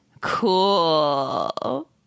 cool